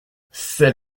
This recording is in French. c’est